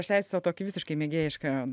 aš leisiu sau tokį visiškai mėgėjišką